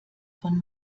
von